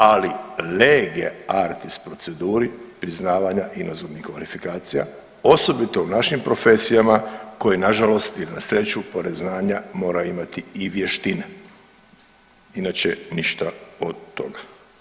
Ali lege artis proceduri priznavanja inozemnih glorifikacija osobito u našim profesijama koji na žalost i na sreću pored znanja moraju imati i vještine inače ništa od toga.